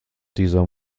dieser